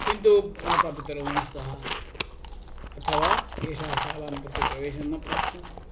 किन्तु मातापितरौ न स्तः अथवा एषः शालां प्रति प्रवेशं न प्राप्तवान्